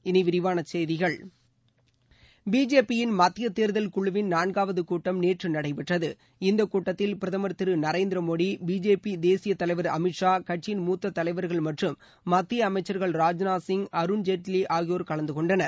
இனி விரிவான செய்திகள் பிஜேபியின் மத்திய தேர்தல் குழுவிள் நான்காவது கூட்டம் நேற்று நடைபெற்றது இந்தக்கூட்டத்தில் பிரதமர் திரு நரேந்திர மோடி பிஜேபி தேசிய தலைவர் அமித்ஷா கட்சியின் மூத்த தலைவர்கள் மற்றும் மத்திய அமைச்சர்கள் ராஜ்நாத் சிங் அருண்ஜேட்வி ஆகியோர் கலந்து கொண்டனர்